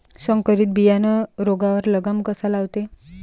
संकरीत बियानं रोगावर लगाम कसा लावते?